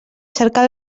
cercar